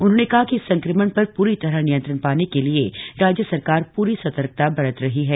उन्होंने कहा कि इस संक्रमण पर प्री तरह नियंत्रण पाने के लिए राज्य सरकार प्री सतर्कता बरत रही है